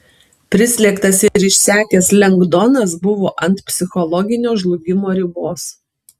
prislėgtas ir išsekęs lengdonas buvo ant psichologinio žlugimo ribos